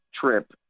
trip